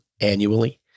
annually